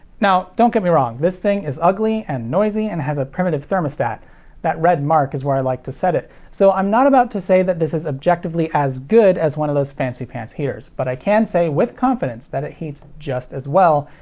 now don't get me wrong, this thing is ugly and noisy and has a primitive thermostat that red mark is where i like to set it so i'm not about to say that this is objectively as good as one of those fancy-pants heaters. but i can say with confidence that it heats just as well,